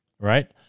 Right